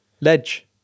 Ledge